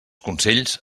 consells